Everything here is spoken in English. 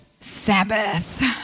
Sabbath